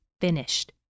finished